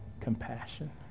compassion